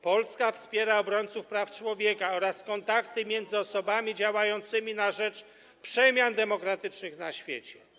Polska wspiera obrońców praw człowieka oraz kontakty między osobami działającymi na rzecz przemian demokratycznych na świecie.